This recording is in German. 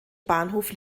bahnhof